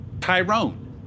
Tyrone